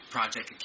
Project